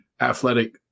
athletic